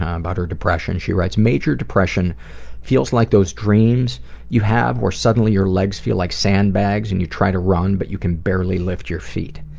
um about her depression she writes, major depression feels like those dreams you have where suddenly your legs feel like sandbags and you try to run but you can barely lift your feet.